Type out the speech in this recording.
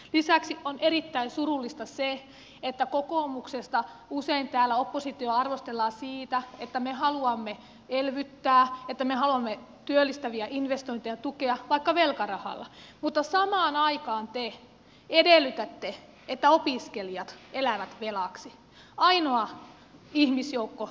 lisäksi on erittäin surullista se että kokoomuksesta usein täällä oppositiota arvostellaan siitä että me haluamme elvyttää että me haluamme työllistäviä investointeja tukea vaikka velkarahalla mutta samaan aikaan te edellytätte että opiskelijat elävät velaksi